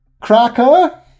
Cracker